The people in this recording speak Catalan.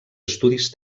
estudis